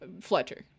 Fletcher